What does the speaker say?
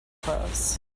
clothes